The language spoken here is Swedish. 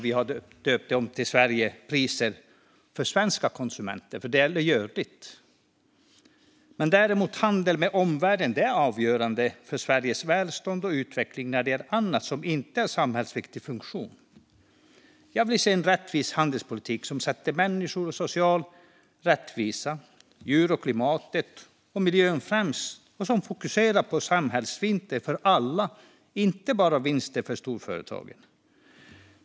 Vi har döpt om det till Sverigepriser för svenska konsumenter. Detta är något som är görligt. Handeln med omvärlden är däremot avgörande för Sveriges välstånd och utveckling när det gäller annat, som inte utgör samhällsviktiga funktioner. Jag vill se en rättvis handelspolitik som sätter människor, social rättvisa, djur, klimat och miljö främst och som fokuserar på samhällsvinster för alla och inte bara vinster för storföretagen.